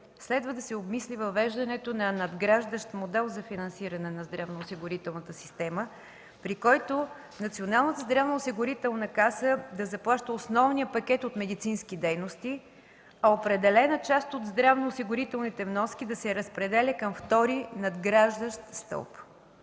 следва да се обмисли въвеждането на надграждащ модел за финансиране на здравноосигурителната система, при който Националната здравноосигурителна каса да заплаща основния пакет от медицински дейности, а определена част от здравноосигурителните вноски да се разпределя към втори – надграждащ стълб.